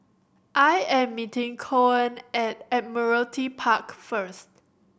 I am meeting Coen at Admiralty Park first